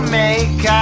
make